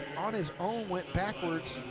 on his own went backwards,